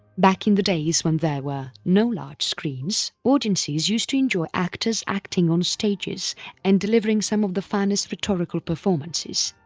back in the days when there were no large screens, audiences used to enjoy actors acting on stages and delivering some of the finest rhetorical performances.